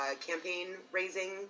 campaign-raising